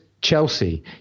Chelsea